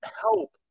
help